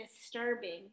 disturbing